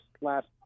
last